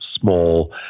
small